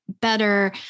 better